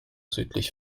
südlich